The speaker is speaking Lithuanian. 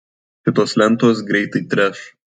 šitos lentos greitai treš